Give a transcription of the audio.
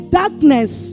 darkness